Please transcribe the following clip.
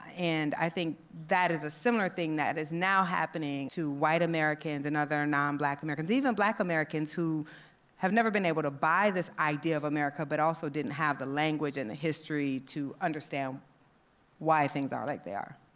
and i think that is a similar thing that is now happening to white americans americans and other nonblack americans. even black americans who have never been able to buy this idea of america but also didn't have the language and the history to understand why things are like they are.